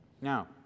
Now